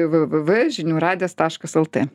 v v v žinių radijas taškas lt